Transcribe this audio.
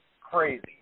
crazy